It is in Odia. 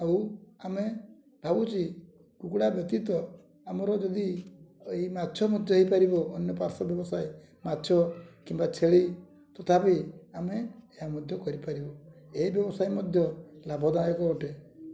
ଆଉ ଆମେ ଭାବୁଛି କୁକୁଡ଼ା ବ୍ୟତୀତ ଆମର ଯଦି ଏଇ ମାଛ ମଧ୍ୟ ହେଇପାରିବ ଅନ୍ୟ ପାର୍ଶ୍ଵ ବ୍ୟବସାୟ ମାଛ କିମ୍ବା ଛେଳି ତଥାପି ଆମେ ଏହା ମଧ୍ୟ କରିପାରିବୁ ଏହି ବ୍ୟବସାୟ ମଧ୍ୟ ଲାଭଦାୟକ ଅଟେ